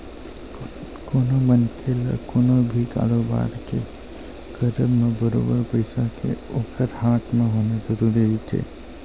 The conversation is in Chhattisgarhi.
कोनो मनखे ल कोनो भी कारोबार के करब म बरोबर पइसा के ओखर हाथ म होना जरुरी रहिथे